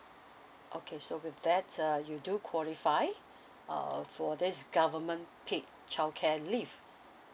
okay so with that uh you do qualify uh for thi's government paid childcare leave